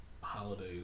holidays